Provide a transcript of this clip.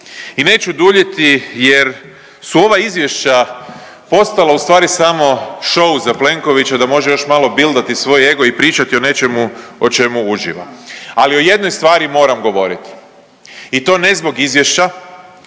I neću duljiti jer su ova izvješća postala u stvari samo show za Plenkovića da može još malo bildati svoj ego i pričati o nečemu o čemu uživa, ali o jednoj stvari moram govoriti i to ne zbog izvješća